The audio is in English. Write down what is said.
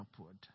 upward